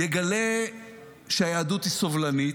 יגלה שהיהדות היא סובלנית,